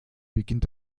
beginnt